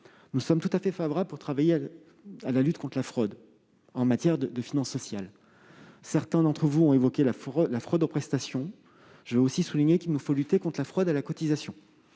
nous sommes tout à fait favorables à travailler à la lutte contre la fraude en matière de finances sociales ; certains d'entre vous ont évoqué la fraude aux prestations. Mais je veux souligner qu'il nous faut aussi lutter contre la fraude aux cotisations.